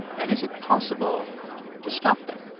and is it possible to stop them?